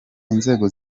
inzego